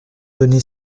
données